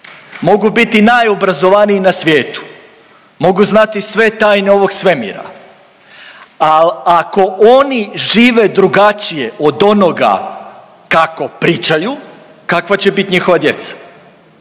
mogu biti najobrazovaniji na svijetu, mogu znati sve tajne ovog svemira al ako oni žive drugačije od onoga kako pričaju, kakva će bit njihova djeca.